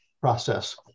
process